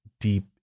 deep